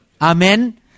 Amen